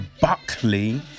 Buckley